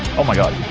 oh my god